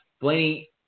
Blaney